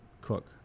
cook